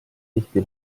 tihti